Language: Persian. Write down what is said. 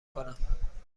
کنم